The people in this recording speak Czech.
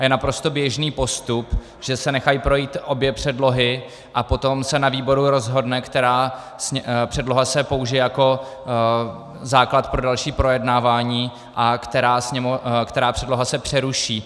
A je naprosto běžný postup, že se nechají projít obě předlohy a potom se na výboru rozhodne, která předloha se použije jako základ pro další projednávání a která předloha se přeruší.